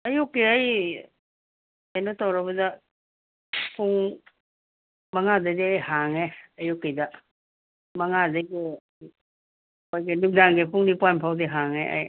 ꯑꯌꯨꯛꯀꯤ ꯑꯩ ꯀꯩꯅꯣ ꯇꯧꯔꯕꯗ ꯄꯨꯡ ꯃꯉꯥꯗꯗꯤ ꯑꯩ ꯍꯥꯡꯉꯦ ꯑꯌꯨꯛꯀꯤꯗ ꯃꯉꯥꯗꯒꯤ ꯑꯩꯈꯣꯏꯒꯤ ꯅꯨꯃꯤꯗꯥꯡꯒꯤ ꯄꯨꯡ ꯅꯤꯄꯥꯟ ꯐꯥꯎꯗꯤ ꯍꯥꯡꯉꯦ ꯑꯩ